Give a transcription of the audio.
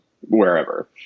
wherever